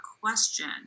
question